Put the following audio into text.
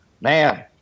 man